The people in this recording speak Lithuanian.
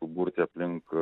suburti aplink